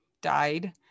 died